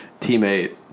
teammate